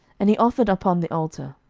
and he offered upon the altar.